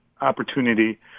opportunity